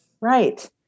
Right